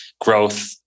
growth